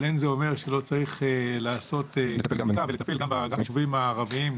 אבל אין זה אומר שלא צריך לעשות בדיקה ולטפל גם ביישובים הערביים,